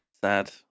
Sad